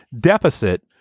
deficit